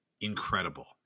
incredible